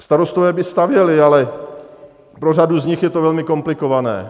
Starostové by stavěli, ale pro řadu z nich je to velmi komplikované.